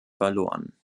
verloren